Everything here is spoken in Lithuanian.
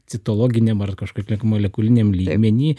citologiniam ar kažkaip molekuliniam liemeny